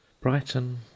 Brighton